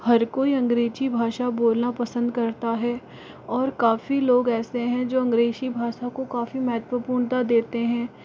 हर कोई अंग्रेज़ी भाषा बोलना पसंद करता है और काफ़ी लोग ऐसे हैं जो अंग्रेज़ी भाषा को काफ़ी महत्वपूर्णता देते हैं